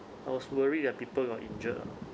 I was worried that people got injured ah